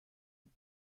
die